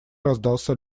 раздался